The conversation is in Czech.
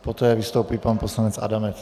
Poté vystoupí pan poslanec Adamec.